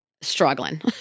struggling